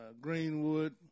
Greenwood